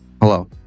hello